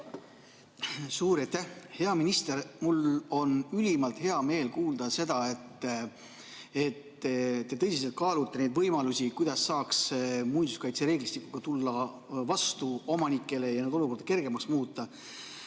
Suur aitäh! Hea minister! Mul on ülimalt hea meel kuulda seda, et te tõsiselt kaalute neid võimalusi, kuidas saaks muinsuskaitsereeglistikuga omanikele tulla vastu ja olukorda kergemaks muuta.